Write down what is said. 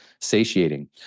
satiating